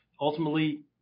ultimately